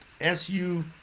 S-U